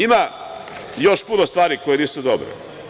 Ima još puno stvari koje nisu dobre.